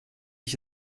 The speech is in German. ich